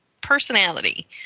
personality